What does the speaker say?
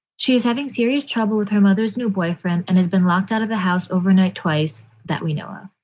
she is having serious trouble with her mother's new boyfriend and has been locked out of the house overnight. twice that we know of.